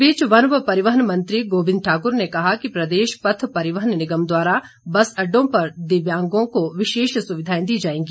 इस बीच वन व परिवहन मंत्री गोविंद ठाकुर ने कहा कि प्रदेश पथ परिवहन निगम द्वारा बस अड्डों पर दिव्यांगों को विशेष सुविधाएं दी जाएगी